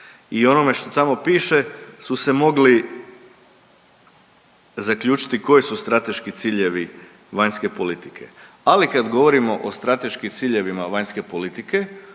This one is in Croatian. i onome što tamo piše su se mogli zaključiti koji su strateški ciljevi vanjske politike. Ali kad govorimo o strateškim ciljevima vanjske politike